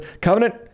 covenant